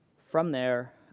from there,